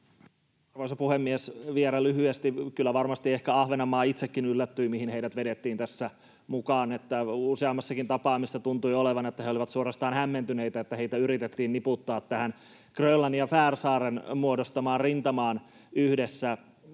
Arvoisa puhemies! Vielä lyhyesti: Kyllä varmasti ehkä Ahvenanmaan itsekin yllättyi, mihin heidät vedettiin tässä mukaan. Useammassakin tapaamisessa tuntui olevan niin, että he olivat suorastaan hämmentyneitä, että heitä yritettiin niputtaa tähän Grönlannin ja Färsaarten muodostamaan rintamaan yhdessä.